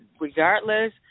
regardless